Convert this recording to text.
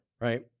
right